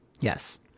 Yes